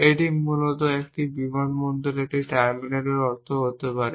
এটি মূলত একটি বিমানবন্দরের একটি টার্মিনালের অর্থ হতে পারে